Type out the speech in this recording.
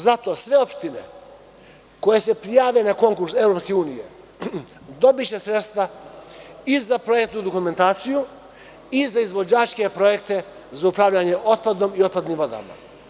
Zato što sve opštine koje se prijave na konkurs EU dobiće sredstva i za projektnu dokumentaciju i za izvođačke projekte za upravljanje otpadom i otpadnim vodama.